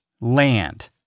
land